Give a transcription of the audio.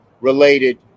related